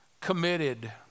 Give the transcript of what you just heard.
committed